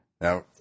Now